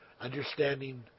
understanding